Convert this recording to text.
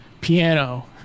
piano